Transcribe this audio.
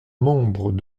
membres